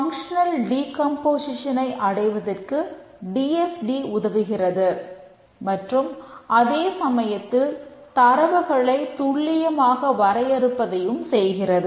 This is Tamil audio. ஃபைக்சனல் டீகம்போசிஷனை உதவுகிறது மற்றும் அதே சமயத்தில் தரவுகளை துல்லியமாக வரையறுப்பதையும் செய்கிறது